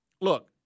Look